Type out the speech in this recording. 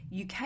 UK